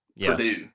Purdue